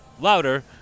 louder